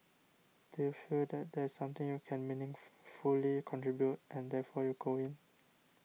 do you feel that there's something you can meaning fully contribute and therefore you go in